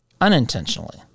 unintentionally